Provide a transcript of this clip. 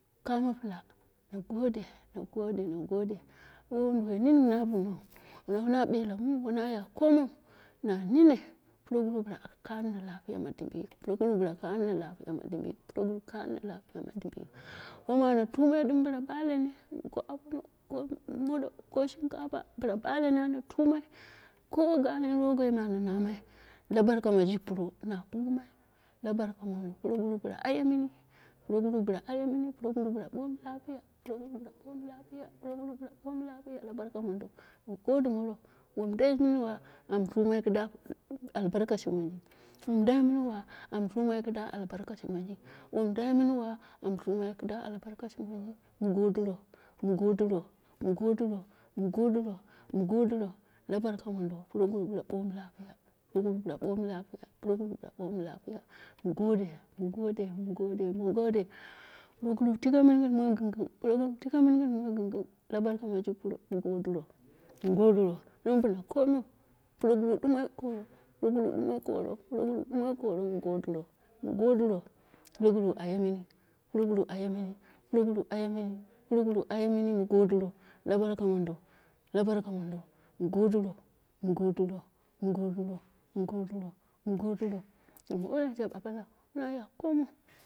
Kamo pila, na gode, na gode, wai wunduwai nini na binan, wana bele muu wanaya komiu na nene proguru bila kuno lapiya ma dibiyik, moguru bila kuno lapiya ma dibiyik proguru kamo lafiya ma dibiyik, boini ana timma dim bila bafene, ko moɗo, ko shinkapa, bila balene na wai wom ana tumai, ko wu bale ne gin won ana namai la barka mi ji pro na kumbumai, la burkama proguru ayemini, proguru bila age mini, proguru bila bomu lapiya proguru bila bomu lapiya, proguru bila bomu lapiya, la barka, mondo muu godi moro, won dai mun wa muu tumai la albarkaci mondo wom dai mun wa am tumai da albakaci modo, won dai minwa min tumai gida albarkaci modo mi godiro, mu godiro, mu godiro mu godiro, mu godiro la barka bila bomu lapiya, proguru bila bomu lapiya, proguru bila bomu lapiya, mu gode, mu gode, mu gode, mu gode. Puroguru tike mini wom gɨn gɨn, proguru tike mini gɨn woni gɨn gɨn la barka miji pro mu godi ro mu godiro, woimin gɨn komiu proguru dumoi koro, proguru dumoi koro, proguru dumoi, mu godiro mu godiro proguru aye mini, proguru aye mini proguru aye mini mu godiro la barka mondo, la barka mondo, mu godiro mu godiro, mo godiro, mu godiro, mu godiro, mu godiro, wona jabe balau wanaya komiu.